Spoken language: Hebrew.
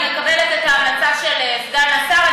אני מקבלת את ההמלצה של סגן השר.